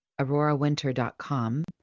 AuroraWinter.com